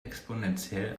exponentiell